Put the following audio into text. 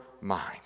mind